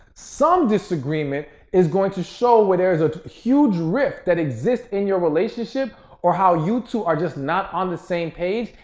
some disagreement is going to show where there is a huge rift that exists in your relationship or how you two are just not on the same page.